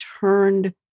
turned